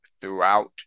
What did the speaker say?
throughout